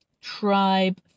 Tribe